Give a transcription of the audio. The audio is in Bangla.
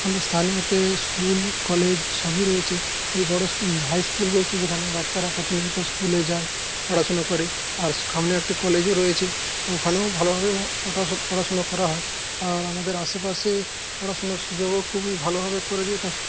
আমাদের স্থানীয়তে স্কুল কলেজ সবই রয়েছে এই বড় হাই স্কুল রয়েছে যেখানে বাচ্চারা প্রতিনিয়ত স্কুলে যায় পড়াশুনো করে আর সামনে একটা কলেজও রয়েছে তো ওখানেও ভালোভাবে ওটা পড়াশুনো করা হয় আর আমাদের আশেপাশে পড়াশুনোর সুযোগও খুবই ভালোভাবে করে দিয়েছেন